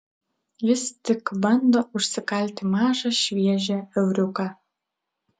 jis tik bando užsikalti mažą šviežią euriuką